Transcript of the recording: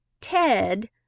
Ted